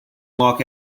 walk